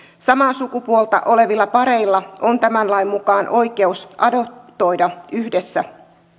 samaa sukupuolta olevilla pareilla on tämän lain mukaan oikeus adoptoida yhdessä